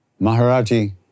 Maharaji